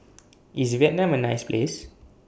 IS Vietnam A nice Place